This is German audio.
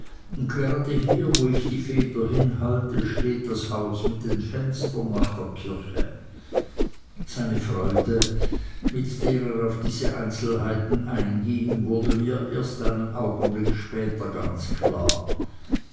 grade hier wo ich die feder hinhalte steht das haus mit den fenstern nach der kirche seine freude mit der er auf diese einzelheiten einging wurde mir erst einen augenblick später ganz klar